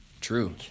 True